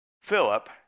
Philip